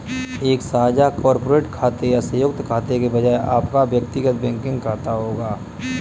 एक साझा कॉर्पोरेट खाते या संयुक्त खाते के बजाय आपका व्यक्तिगत बैंकिंग खाता होगा